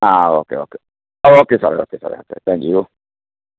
ആ okay okay okay സാറെ okay സാറെ താങ്ക് യൂ